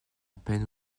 peine